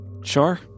Sure